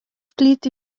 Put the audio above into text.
plyti